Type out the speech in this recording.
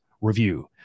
review